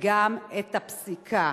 וגם את הפסיקה.